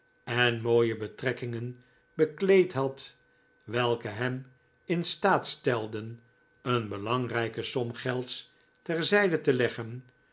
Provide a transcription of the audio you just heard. en mooie betrekkingen bekleed had welke hem in staat stelden een belangrijke som gelds ter zijde te leggen